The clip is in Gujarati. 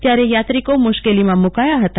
ત્યારે યાત્રિકો મુશ્કેલીમાં મુકાયા હતા